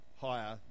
higher